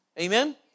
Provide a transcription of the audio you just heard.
Amen